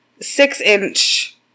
six-inch